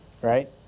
right